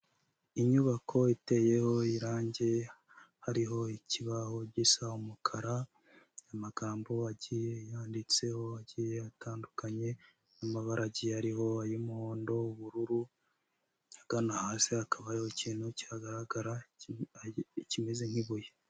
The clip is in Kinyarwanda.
Inyubako iteyeho irange, hariho ikibaho gisa umukara, amagambo agiye yanditseho, agiye atandukanye mu mabara agiye ariho ay'umuhondo, ubururu, ahagana hasi hakaba hari ikintu cyihagaragara kimeze nk'ibuye.